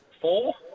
Four